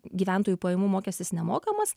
gyventojų pajamų mokestis nemokamas